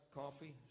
coffee